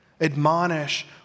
Admonish